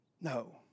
No